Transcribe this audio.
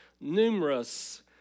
numerous